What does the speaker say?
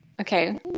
Okay